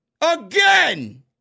again